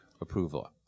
approval